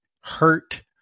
hurt